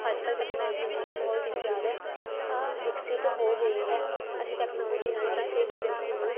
ਅੱਜ ਕੱਲ੍ਹ ਤਕਨੋਲਜੀ ਨੇ ਬਹੁਤ ਹੀ ਜ਼ਿਆਦਾ ਆ ਵਿਕਸਿਤ ਹੋ ਗਈ ਹੈ ਅਸੀਂ ਤੈਕਨੋਲਜੀ ਨਾਲ ਕਿਸੇ ਵੀ ਵਿਅਕਤੀ ਨੂੰ